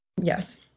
Yes